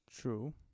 True